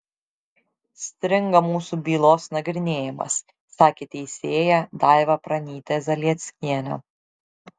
stringa mūsų bylos nagrinėjimas sakė teisėja daiva pranytė zalieckienė